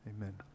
Amen